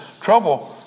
Trouble